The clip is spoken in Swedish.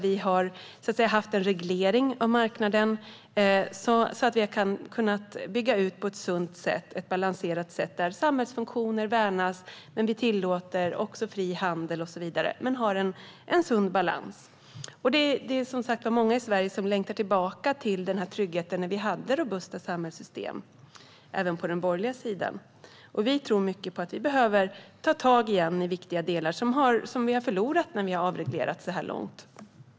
Vi har haft en reglering av marknaden så att vi har kunnat bygga ut på ett sunt och balanserat sätt där samhällsfunktioner värnas och vi också tillåter fri handel och det är en sund balans. Många i Sverige, även på den borgerliga sidan, längtar tillbaka till tryggheten när vi hade robusta samhällssystem. Vi tror mycket på att vi behöver ta tag i viktiga delar som gått förlorade när vi har avreglerat så här långt.